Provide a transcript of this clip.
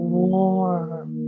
warm